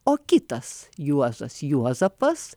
o kitas juozas juozapas